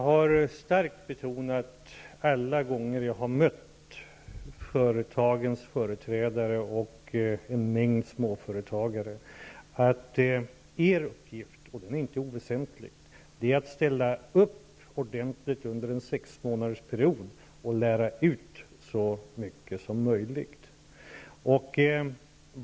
Herr talman! Jag har alla gånger jag har mött företagens företrädare och en mängd småföretagare starkt betonat att deras uppgift -- och den är inte oväsentlig -- är att ställa upp ordentligt under en sexmånadersperiod och lära ut så mycket som möjligt.